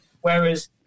whereas